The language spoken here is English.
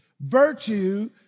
Virtue